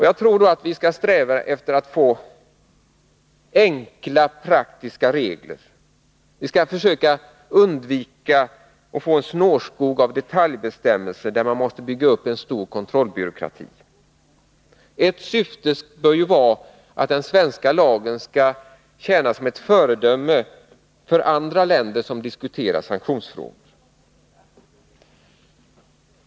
Jag tror att vi skall sträva efter att få enkla praktiska regler. Vi skall försöka undvika att få en snårskog av detaljbestämmelser, där man måste bygga upp en stor kontrollbyråkrati. Ett syfte bör ju vara att den svenska lagen skall kunna tjäna som ett föredöme för andra länder som diskuterar sanktionsfrågor.